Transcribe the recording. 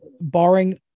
barring